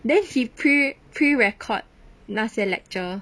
then he pre pre-record 那些 lecture